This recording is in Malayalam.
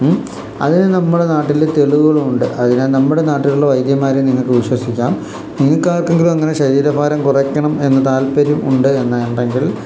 അതിനു നമ്മുടെ നാട്ടില് തെളിവുകളുമുണ്ട് അതിനു നമ്മുടെ നാട്ടിലുള്ള വൈദ്യന്മാരെ നിങ്ങള്ക്കു വിശ്വസിക്കാം നിങ്ങള്ക്കാർക്കെങ്കിലും അങ്ങനെ ശരീരഭാരം കുറയ്ക്കണം എന്നു താല്പര്യമുണ്ട് എന്നുണ്ടെങ്കിൽ